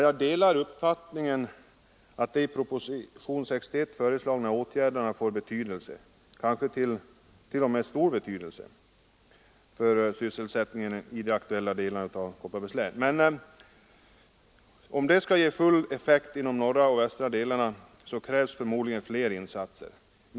Jag delar uppfattningen att de i proposition 61 föreslagna åtgärderna får betydelse — kanske t.o.m. stor betydelse — för sysselsättningen i de aktuella delarna av Kopparbergs län. Men om det skall ge full effekt inom norra och västra delarna krävs förmodligen fler insatser.